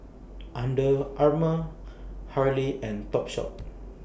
Under Armour Hurley and Topshop